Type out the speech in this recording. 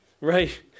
right